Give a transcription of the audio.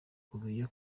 ukumenya